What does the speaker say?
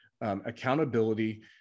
accountability